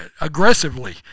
aggressively